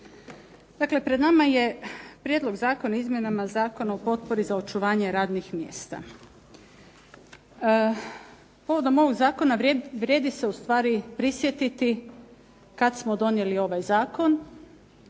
pred nama je Prijedlog Zakona o izmjenama Zakona o potpori za očuvanje radnih mjesta. Povodom ovog zakona vrijedi se ustvari prisjetiti kad smo donijeli ovaj zakon,